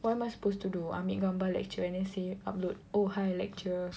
what am I supposed to do ambil gambar lecturer and then say upload oh hi lecturer